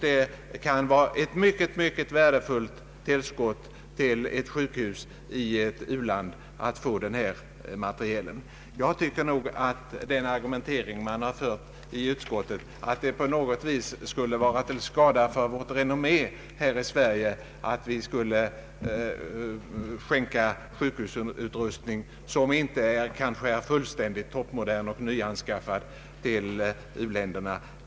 Det kan vara ett mycket värdefullt tillskott för ett sjukhus i ett u-land att få sådan materiel. Jag anser att den argumentering inte alls är bärande, som går ut på att det skulle kunna vara till skada för Sveriges renommé, om vi skänkte sjukhusutrustning, som kanske inte är fullständigt toppmodern och nyanskaffad, till u-länderna.